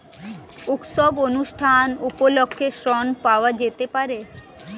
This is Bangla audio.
উৎসব অনুষ্ঠান উপলক্ষে ঋণ পাওয়া যেতে পারে?